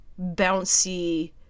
bouncy